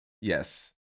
Yes